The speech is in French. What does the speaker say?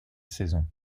saison